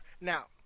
now